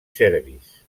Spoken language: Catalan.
serbis